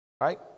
right